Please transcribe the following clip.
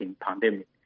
pandemic